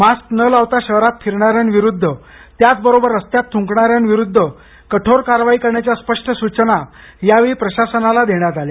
mask न लावता शहरात फिरणाऱ्यांविरुद्ध त्याचबरोबर रस्त्यात थ्रकणाऱ्यांविरुध्द कठोर कारवाई करण्याच्या स्पष्ट सूचना यावेळी प्रशासनाला देण्यात आल्या